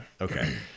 okay